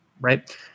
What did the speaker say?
Right